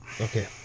Okay